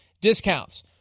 discounts